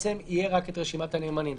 תהיה רק רשימת הנאמנים.